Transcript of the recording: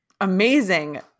Amazing